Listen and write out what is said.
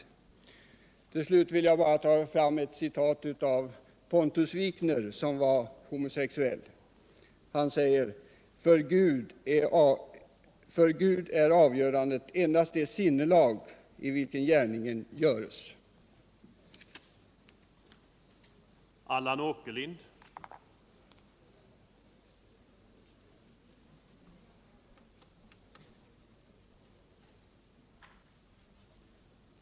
Till slut vill jag bara anföra ett citat från Pontus Wikner, som var homosexuell. Han säger: Nr 93 ”För Gud är avgörande endast det sinnelag, i vilket gärningen göres.” Fredagen den